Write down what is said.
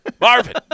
Marvin